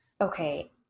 Okay